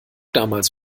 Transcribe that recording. damals